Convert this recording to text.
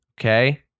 Okay